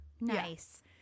Nice